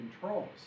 controls